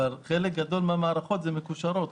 אבל חלק גדול מן המערכות הן מקושרות,